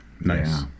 nice